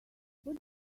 what